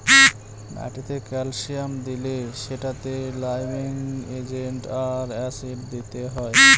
মাটিতে ক্যালসিয়াম দিলে সেটাতে লাইমিং এজেন্ট আর অ্যাসিড দিতে হয়